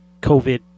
COVID